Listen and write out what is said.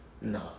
No